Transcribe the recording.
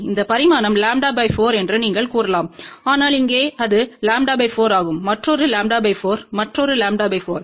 இந்த பரிமாணம் λ 4 என்று நீங்கள் கூறலாம் ஆனால் இங்கே அது λ 4 ஆகும் மற்றொரு λ 4 மற்றொரு λ 4